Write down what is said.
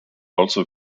also